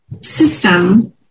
system